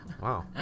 wow